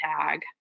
tag